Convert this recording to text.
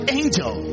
angel